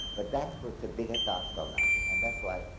but that's what's a bigger task on us. and that's why